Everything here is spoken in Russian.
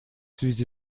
связи